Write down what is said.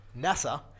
NASA